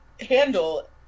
handle